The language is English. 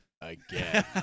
again